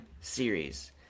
series